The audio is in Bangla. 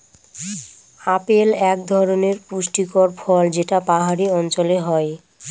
আপেল এক ধরনের পুষ্টিকর ফল যেটা পাহাড়ি অঞ্চলে হয়